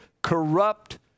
Corrupt